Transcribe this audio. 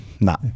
No